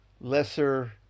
lesser